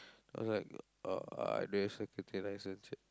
I was like uh I don't have security licence yet